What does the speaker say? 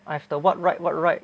I have the what right what right